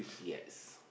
yes